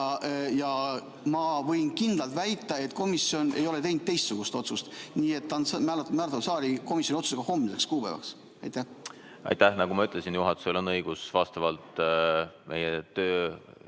Ma võin kindlalt väita, et komisjon ei ole teinud teistsugust otsust, nii et see on määratud saali komisjoni otsusega homseks kuupäevaks. Aitäh! Nagu ma ütlesin, juhatusel on õigus vastavalt meie